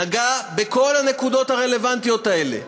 נגע בכל הנקודות הרלוונטיות האלה.